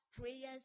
prayers